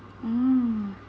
oh